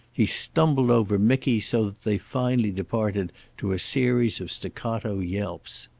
he stumbled over micky, so that they finally departed to a series of staccato yelps.